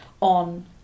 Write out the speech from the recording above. on